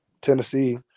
Tennessee